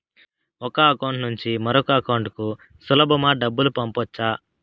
ఒక అకౌంట్ నుండి మరొక అకౌంట్ కు సులభమా డబ్బులు పంపొచ్చా